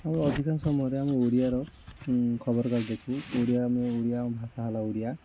ଆମର ଅଧିକାଂଶ ସମୟରେ ଆମ ଓଡ଼ିଆ ର ଖବର କାଗଜ ଦେଖୁ ଓଡ଼ିଆ ଆମେ ଓଡ଼ିଆ ଆମ ଭାଷା ହେଲା ଓଡ଼ିଆ